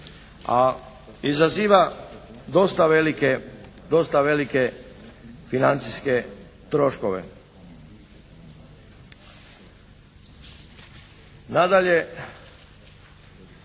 A izaziva dosta velike financijske troškove. Nadalje,